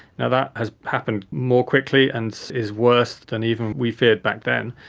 yeah that has happened more quickly and is worse than even we feared back then.